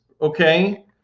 okay